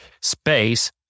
space